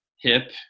hip